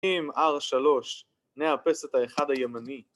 עם r3, נאפס את האחד הימני